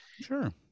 Sure